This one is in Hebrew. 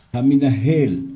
המנהל,